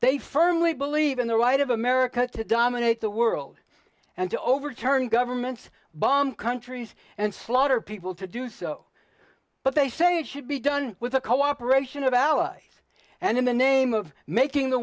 they firmly believe in the right of america to dominate the world and to overturn governments bomb countries and slaughter people to do so but they say it should be done with the cooperation of allies and in the name of making the